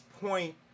point